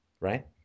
Right